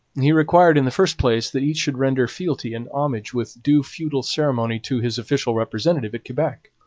he required, in the first place, that each should render fealty and homage with due feudal ceremony to his official representative at quebec.